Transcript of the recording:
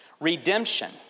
Redemption